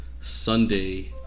Sunday